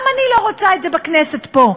גם אני לא רוצה את זה בכנסת פה.